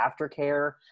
aftercare